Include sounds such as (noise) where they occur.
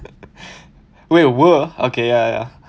(laughs) where were okay ya ya